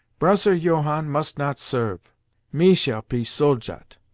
broser johann must not serve me shall pe soldat.